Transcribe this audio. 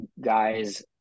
guys